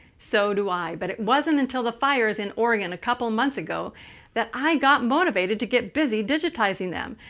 so do i. but it wasn't until the fires in oregon a couple months ago that i got motivated to get busy digitizing them.